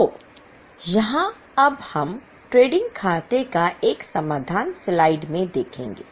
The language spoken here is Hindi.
तो यहाँ हम अब ट्रेडिंग खाते का एक समाधान स्लाइड में देखेंगे